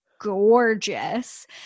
gorgeous